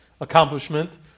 accomplishment